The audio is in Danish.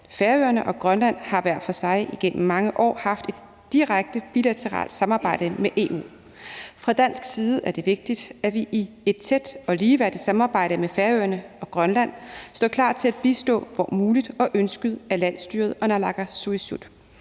Færøerne og Grønland hver for sig igennem mange år har haft et direkte bilateralt samarbejde med EU. Fra dansk side er det vigtigt, at vi i et tæt og ligeværdigt samarbejde med Færøerne og Grønland står klar til at bistå hvor muligt og ønsket af landsstyret og naalakkersuisut